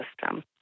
system